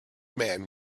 man